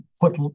put